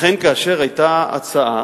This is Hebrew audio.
לכן, כאשר היתה הצעה